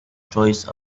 stories